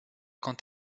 quant